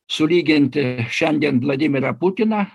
sulyginti šiandien vladimirą putiną